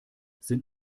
sind